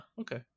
okay